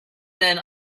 then